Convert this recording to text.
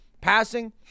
passing